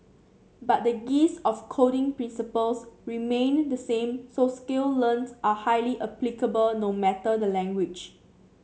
but the gist of coding principles remained the same so skills learnt are highly applicable no matter the language